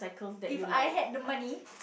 if I had the money